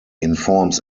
informs